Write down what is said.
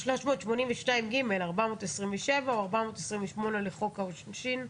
382(ג), 427 או 428 לחוק העונשין,